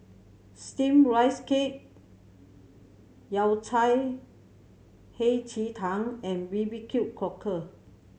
Steamed Rice Cake Yao Cai Hei Ji Tang and B B Q Cockle